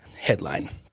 headline